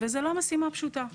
וזו לא משימה פשוטה.